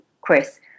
Chris